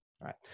right